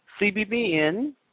CBBN